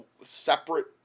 separate